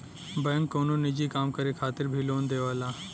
bank कउनो निजी काम करे खातिर भी लोन देवला